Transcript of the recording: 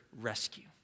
rescue